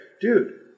dude